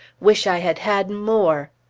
wish i had had more!